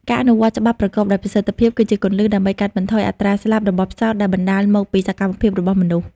ការអនុវត្តច្បាប់ប្រកបដោយប្រសិទ្ធភាពគឺជាគន្លឹះដើម្បីកាត់បន្ថយអត្រាស្លាប់របស់ផ្សោតដែលបណ្ដាលមកពីសកម្មភាពរបស់មនុស្ស។